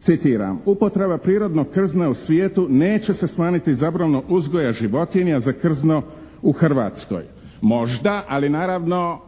Citiram, "Upotreba prirodnog krzna u svijetu neće se smanjiti zabranom uzgoja životinja za krzno u Hrvatskoj". Možda ali naravno